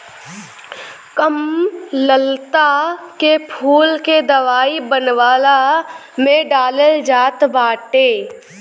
कमललता के फूल के दवाई बनवला में डालल जात बाटे